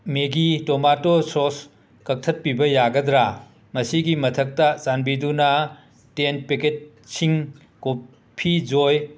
ꯃꯦꯒꯤ tomato sauce ꯀꯛꯊꯠꯄꯤꯕ ꯌꯥꯒꯗ꯭ꯔ ꯃꯁꯤꯒꯤ ꯃꯊꯛꯇ ꯆꯥꯟꯕꯤꯗꯨꯅꯥ ꯇꯦꯟ ꯄꯦꯛꯀꯦꯠꯁꯤꯡ ꯀꯣꯐꯤ ꯖꯣꯏ